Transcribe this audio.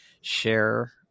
share